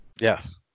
Yes